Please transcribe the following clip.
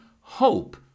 hope